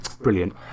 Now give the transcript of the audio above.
Brilliant